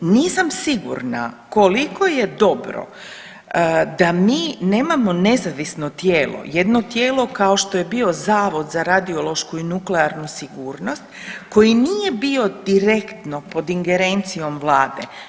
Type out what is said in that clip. Nisam sigurna koliko je dobro da mi nemamo nezavisno tijelo, jedno tijelo kao što je bio Zavod za radiološku i nuklearnu sigurnost, direktno pod ingerencijom vlade.